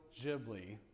Ghibli